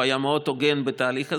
הוא היה מאוד הוגן בתהליך הזה,